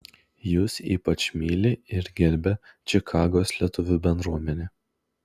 jus ypač myli ir gerbia čikagos lietuvių bendruomenė